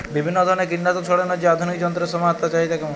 বিভিন্ন ধরনের কীটনাশক ছড়ানোর যে আধুনিক যন্ত্রের সমাহার তার চাহিদা কেমন?